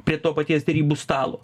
prie to paties derybų stalo